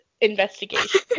investigation